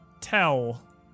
tell